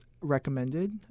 recommended